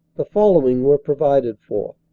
the following were provided for